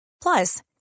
Plus